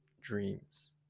dreams